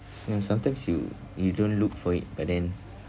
you know sometimes you you don't look for it but then